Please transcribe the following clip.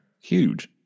Huge